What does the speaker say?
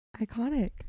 Iconic